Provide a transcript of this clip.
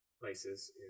places